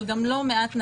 אבל גם לא מעט נעשה,